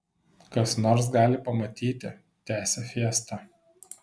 kas nors gali pamatyti tęsė fiesta